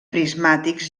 prismàtics